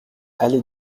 allée